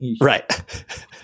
right